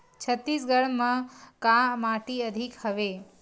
छत्तीसगढ़ म का माटी अधिक हवे?